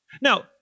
Now